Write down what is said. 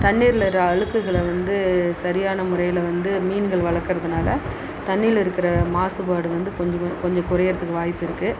தண்ணீரில் உள்ள அழுக்குகள வந்து சரியான முறையில் வந்து மீன்கள் வளர்க்குறதுனால தண்ணியில் இருக்கிற மாசுபாடு வந்து கொஞ்சம் கொஞ்சம் குறைகிறத்துக்கு வாய்ப்பு இருக்குது